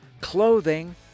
clothing